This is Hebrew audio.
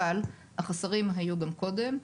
אבל, החסרים היו גם קודם,